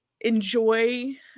enjoy